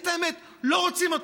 או שנגיד את האמת: לא רוצים אתכם.